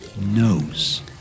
knows